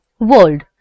world